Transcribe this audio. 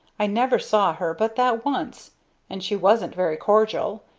i never saw her but that once and she wasn't very cordial.